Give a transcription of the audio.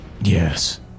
Yes